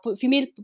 female